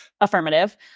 affirmative